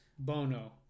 Bono